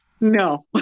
No